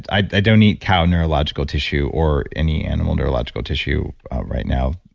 i don't eat cow neurological tissue or any animal neurological tissue right now,